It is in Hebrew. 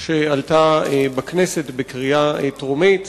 שעלתה בכנסת בקריאה טרומית.